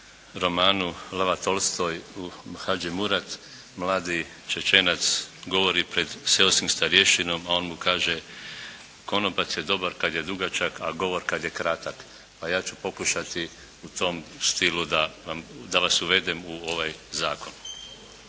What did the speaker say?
romanu Lava Tolstoj «Hadži Murat» mladi Čečenac govori pred seoskim starješinom a on mu kaže: «Konopac je dobar kad je dugačak, a govor kad je kratak». A ja ću pokušati u tom stilu da vam, da vas uvedem u ovaj zakon.